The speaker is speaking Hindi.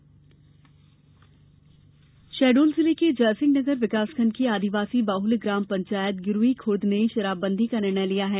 शहडोल शराबबंदी शहडोल जिले के जयसिंह नगर विकासखंड की आदिवासी बाहुल्य ग्राम पंचायत गिरूई खुर्द ने शराबबंदी का निर्णय लिया है